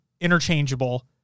interchangeable